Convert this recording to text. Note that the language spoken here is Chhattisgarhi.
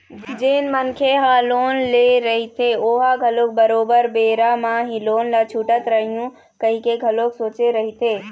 जेन मनखे ह लोन ले रहिथे ओहा घलोक बरोबर बेरा म ही लोन ल छूटत रइहूँ कहिके घलोक सोचे रहिथे